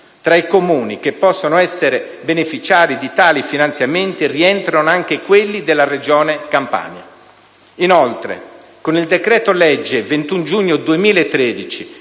Tra i Comuni che possono essere beneficiari di tali finanziamenti rientrano anche quelli della Regione Campania.